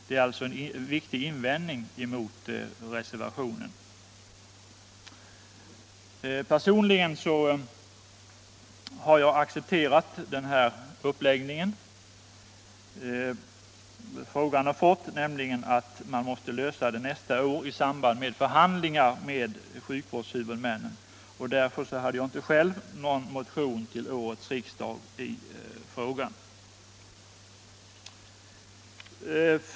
Det är en viktig invändning mot reservationen. Personligen har jag accepterat den uppläggning frågan har fått. nämligen att den nästa år måste lösas i förhandlingar med sjukvårdshuvudmännen. Därför väckte jag själv inte någon motion vid årets riksmöte i denna fråga.